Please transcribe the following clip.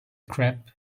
crepe